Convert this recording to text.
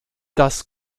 das